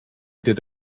did